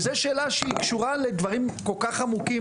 וזו שאלה שקשורה לדברים כל כך עמוקים,